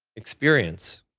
experience?